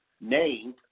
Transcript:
named